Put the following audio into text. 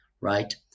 right